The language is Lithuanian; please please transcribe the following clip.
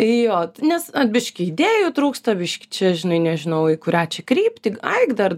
jo nes biškį idėjų trūksta biškį čia žinai nežinau į kurią čia kryptį ai gdar